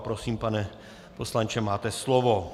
Prosím, pane poslanče, máte slovo.